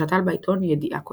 ושתל בעיתון ידיעה כוזבת.